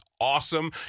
awesome